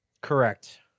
correct